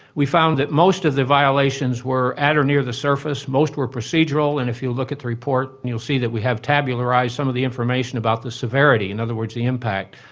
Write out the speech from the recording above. we found that most of the violations were at or near the surface, most were procedural, and if you look at the report you'll see that we have tabularised some of the information about the severity, in other words the impact,